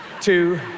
two